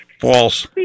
False